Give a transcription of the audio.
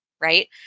Right